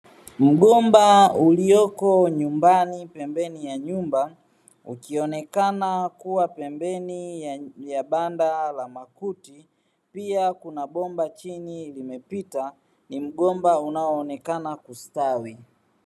Mgomba ulioko nyumbani pembeni ya nyumba, ukionekana kuwa pembeni ya banda la makuti. Pia kuna bomba chini limepita, ni mgomba unaoonekana kustawi.